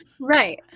Right